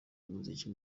umuziki